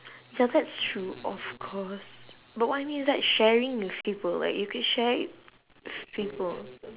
ya that's true of course but what I mean is like sharing with people like you could share it with people